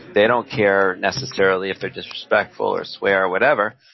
they don't care necessarily if they're disrespectful or swear or whatever,